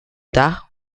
dach